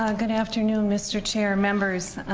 um good afternoon mr. chair members.